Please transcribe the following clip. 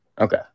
Okay